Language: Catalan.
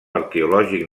arqueològic